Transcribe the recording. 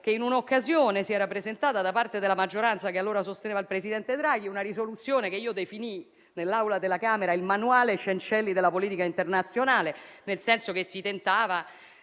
che in un'occasione si era presentata da parte della maggioranza, che allora sosteneva il presidente Draghi, una risoluzione che io definii, nell'Aula della Camera, il manuale Cencelli della politica internazionale, nel senso che si tentava